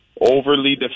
overly